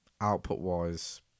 output-wise